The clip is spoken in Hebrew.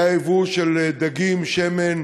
היה ייבוא של דגים, שמן,